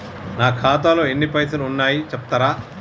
నా ఖాతాలో ఎన్ని పైసలు ఉన్నాయి చెప్తరా?